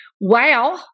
Wow